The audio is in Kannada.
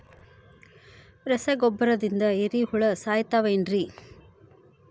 ರಸಗೊಬ್ಬರದಿಂದ ಏರಿಹುಳ ಸಾಯತಾವ್ ಏನ್ರಿ?